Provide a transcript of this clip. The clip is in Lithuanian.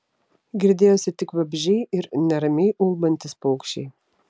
girdėjosi tik vabzdžiai ir neramiai ulbantys paukščiai